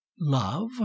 love